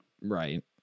Right